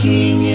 King